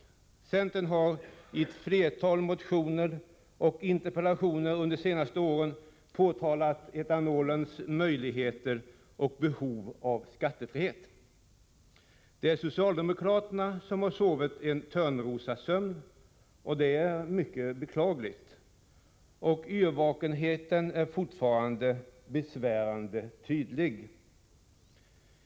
Centern har i ett flertal motioner och interpellationer under de senaste åren pekat på etanolens möjligheter och på behovet av skattefrihet. Det är socialdemokra terna som har sovit en törnrosasömn, och det är mycket beklagligt. Yrvakenheten är fortfarande besvärande tydlig.